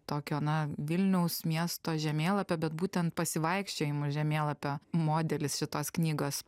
tokio na vilniaus miesto žemėlapio bet būtent pasivaikščiojimo žemėlapio modelis tos knygos